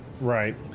right